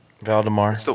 Valdemar